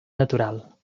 natural